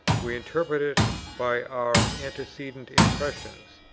we interpret it by our antecedent impressions.